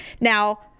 Now